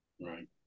Right